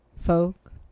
folk